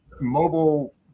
mobile